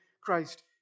Christ